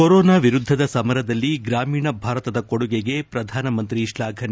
corona ವಿರುದ್ಧದ ಸಮರದಲ್ಲಿ ಗ್ರಾಮೀಣ ಭಾರತದ ಕೊಡುಗೆಗೆ ಪ್ರಧಾನಮಂತ್ರಿ ಶ್ಲಾಫನೆ